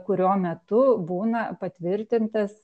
kurio metu būna patvirtintas